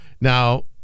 now